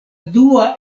dua